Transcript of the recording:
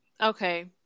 Okay